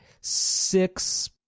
six